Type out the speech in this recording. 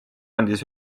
andis